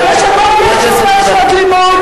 ושבהם יש יותר שעות לימוד,